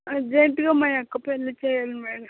అర్జెంటుగా మా అక్క పెళ్ళి చెయ్యాలి మేడం